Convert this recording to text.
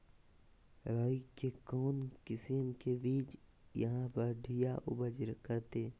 राई के कौन किसिम के बिज यहा बड़िया उपज करते?